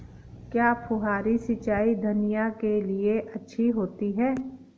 क्या फुहारी सिंचाई धनिया के लिए अच्छी होती है?